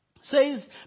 says